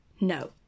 no